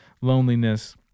loneliness